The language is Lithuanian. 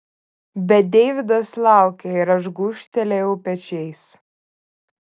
bet deividas laukė ir aš gūžtelėjau pečiais